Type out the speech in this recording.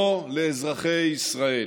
לא לאזרחי ישראל.